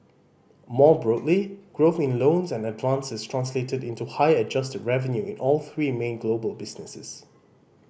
more broadly growth in loans and advances translated into higher adjusted revenue in all three main global businesses